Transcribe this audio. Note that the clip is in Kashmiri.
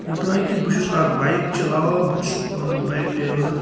یوتانۍ کہِ بہٕ چھُس اَکھ بایِک چَلاوان بہٕ تہِ چھُس پانہٕ اَکھ بایِک ڈریوَر